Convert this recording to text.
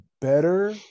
better